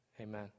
Amen